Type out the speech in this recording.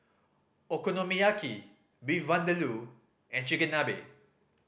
Okonomiyaki Beef Vindaloo and Chigenabe